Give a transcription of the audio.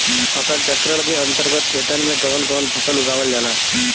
फसल चक्रण के अंतर्गत खेतन में कवन कवन फसल उगावल जाला?